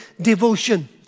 devotion